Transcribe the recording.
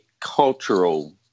cultural